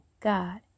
God